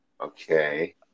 Okay